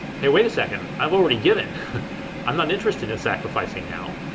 hey, wait a second. i've already given i'm not interested in sacrificing now.